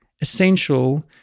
essential